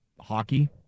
hockey